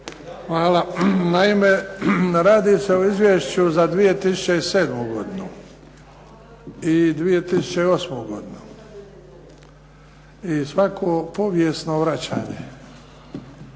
Hvala. Naime, radi se o Izvješću za 2007. godinu i 2008. godinu i svako povijesno vraćanje